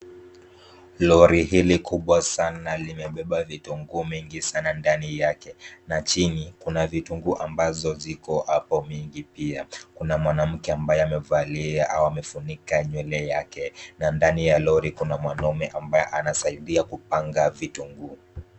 Lori hili kubwa sana limebeba vitunguu mingi sana ndani yake na chini kuna vitunguu ambazo ziko hapo mingi pia. Kuna mwanamke ambaye amevalia au amefunika nywele yake na ndani ya lori kuna mwanaume ambaye anasaidia kupanga vitunguu.